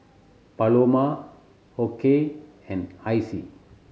Paloma Okey and Icy